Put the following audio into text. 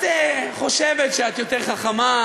את חושבת שאת יותר חכמה,